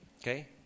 Okay